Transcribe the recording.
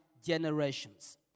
generations